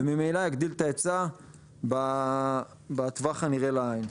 וממילא יגדיל את ההיצע בטווח הנראה לעין.